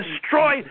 destroy